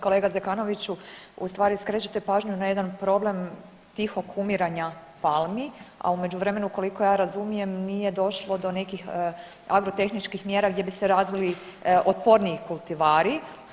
Kolega Zekanoviću ustvari skrećete pažnju na jedan problem tihog umiranja palmi, a u međuvremenu koliko ja razumijem nije došlo do nekih agrotehničkih mjera gdje bi se razbili otporniji kultivari.